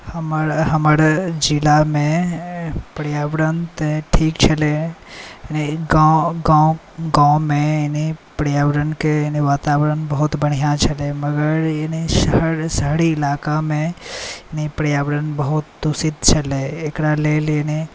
हमर जिलामे पर्यावरण तऽ ठीक छलै गाँवमे एने पर्यावरणके एने वातावरण बहुत बढ़िआँ छलै मगर एने शहरी इलाकामे एने पर्यावरण बहुत दूषित छलै एकरालेल एने